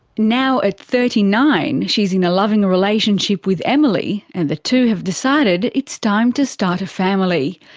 now at thirty nine, she's in a loving relationship with emilie, and the two have decided it's time to start a family.